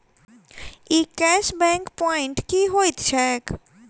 ई cash back point की होइत छैक?